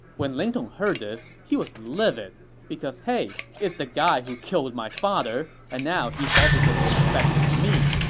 when ling tong heard this, he was livid because hey it's the guy who killed my father, and now he's also disrespecting me.